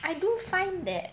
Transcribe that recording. I do find that